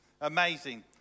Amazing